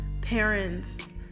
parents